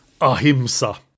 ahimsa